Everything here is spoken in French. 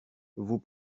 vous